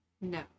No